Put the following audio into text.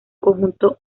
conjunto